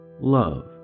Love